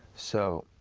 so